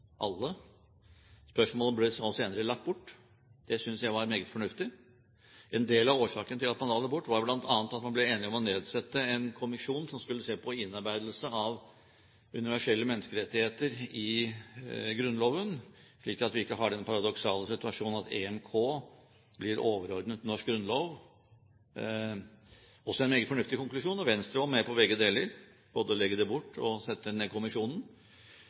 Spørsmålet ble så senere lagt bort. Det synes jeg var meget fornuftig. Noe av årsaken til at man la det bort, var bl.a. at man ble enige om å nedsette en kommisjon som skulle se på innarbeidelse av universelle menneskerettigheter i Grunnloven, slik at vi ikke har den paradoksale situasjon at EMK blir overordnet norsk grunnlov – også en meget fornuftig konklusjon. Venstre var med på begge deler, både å legge det bort og sette ned kommisjonen.